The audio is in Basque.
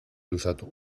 luzatu